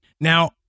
Now